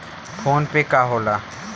PhonePe का होला?